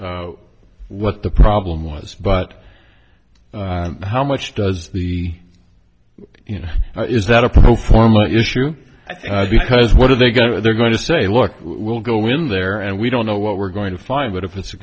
what the problem was but how much does the you know how is that a pro forma issue because what are they going to they're going to say look we'll go in there and we don't know what we're going to find but if it's a